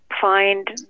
find